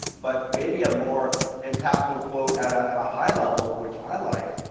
but maybe a more impactful quote at ah at a high level, which i like,